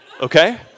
Okay